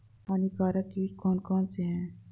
हानिकारक कीट कौन कौन से हैं?